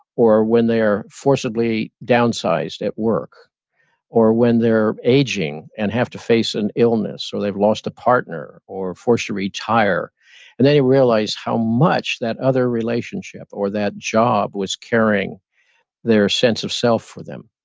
or when they are forcibly downsized at work or when they're aging and have to face an illness or they've lost a partner or forced to retire and then they realize how much that other relationship or that job was carrying their sense of self for them.